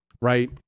right